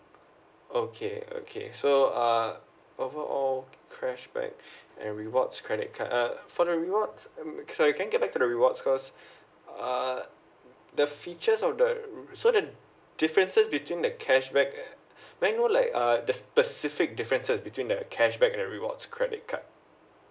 okay okay so uh over all cashback and rewards credit card uh for the rewards um sorry can I get back to the rewards cause uh the features of the so the differences between the cashback may I know like uh the specific differences between the cashback and rewards credit card